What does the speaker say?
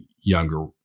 younger